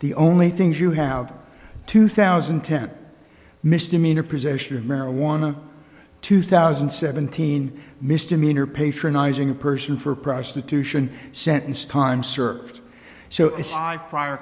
the only things you have two thousand and ten misdemeanor possession of marijuana two thousand and seventeen misdemeanor patronizing a person for prostitution sentenced time served so